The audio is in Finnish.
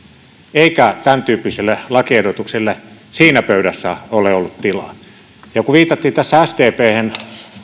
eikä tämäntyyppiselle lakiehdotukselle siinä pöydässä ole ollut tilaa kun tässä viitattiin sdphen